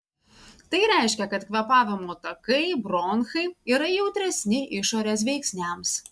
tai reiškia kad kvėpavimo takai bronchai yra jautresni išorės veiksniams